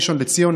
ראשון לציון,